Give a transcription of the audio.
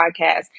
podcast